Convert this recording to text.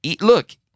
Look